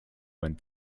went